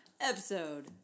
Episode